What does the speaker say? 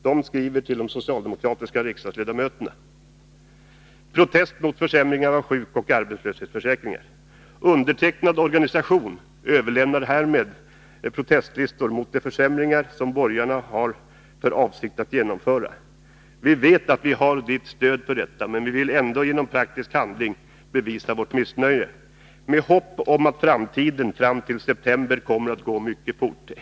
De skriver till de socialdemokratiska riksdagsledamöterna: Undertecknad organisation överlämnar här protestlistor mot de försämringar som borgarna har för avsikt att genomföra. Vi vet att vi har ditt stöd för detta, men vi vill ändå genom praktisk handling bevisa vårt missnöje. Med hopp om att tiden fram till september kommer att gå mycket fort!